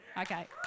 Okay